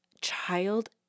child